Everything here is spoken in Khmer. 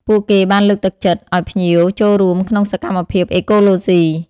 ពួកគេបានលើកទឹកចិត្តភ្ញៀវឱ្យចូលរួមក្នុងសកម្មភាពអេកូឡូសុី។